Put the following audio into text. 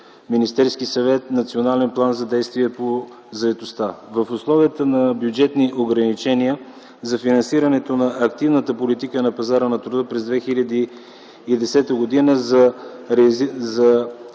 Министерския съвет Национален план за действия по заетостта. В условията на бюджетни ограничения за финансиране на активната политика на пазара на труда през 2010 г. за реализирането